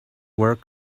work